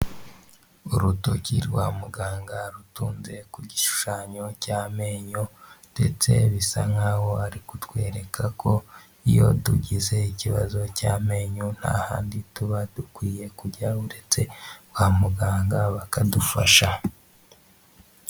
Urutoki rwa muganga rutunze ku gishushanyo cy'amenyo, ndetse bisa nkaho ari kutwereka ko, iyo tugize ikibazo cy'amenyo nta handi tuba dukwiye kujya uretse kwa muganga bakadufasha.